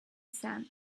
sand